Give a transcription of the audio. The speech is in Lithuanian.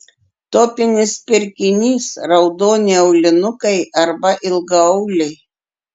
topinis pirkinys raudoni aulinukai arba ilgaauliai